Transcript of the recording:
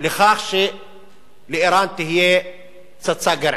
לכך שלאירן תהיה פצצה גרעינית,